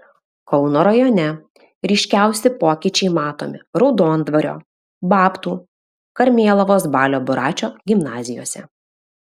kauno rajone ryškiausi pokyčiai matomi raudondvario babtų karmėlavos balio buračo gimnazijose